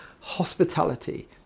hospitality